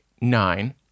nine